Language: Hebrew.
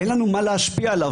אין לנו מה להשפיע עליו.